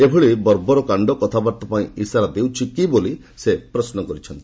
ଏଭଳି କାଣ୍ଡ କଥାବାର୍ତ୍ତା ପାଇଁ ଇସାରା ଦେଉଛି କି ବୋଲି ସେ ପ୍ରଶ୍ନ କରିଛନ୍ତି